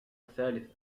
الثالثة